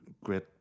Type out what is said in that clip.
great